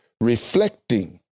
reflecting